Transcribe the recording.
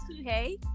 Hey